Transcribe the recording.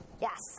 Yes